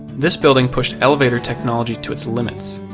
this building pushed elevator technology to it's limits.